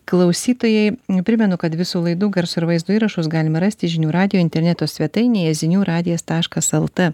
klausytojai primenu kad visų laidų garso ir vaizdo įrašus galima rasti žinių radijo interneto svetainėje zinių radijas taškas lt